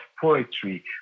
poetry